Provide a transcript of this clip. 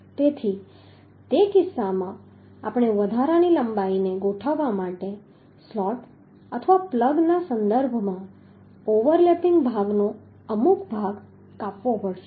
તેથી તે કિસ્સામાં આપણે વધારાની લંબાઈને ગોઠવવા માટે સ્લોટ અથવા પ્લગના સંદર્ભમાં ઓવરલેપિંગ ભાગનો અમુક ભાગ કાપવો પડશે